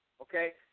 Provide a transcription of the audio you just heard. Okay